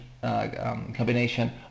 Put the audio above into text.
combination